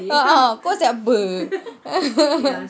uh uh kau siapa